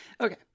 Okay